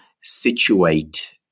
situate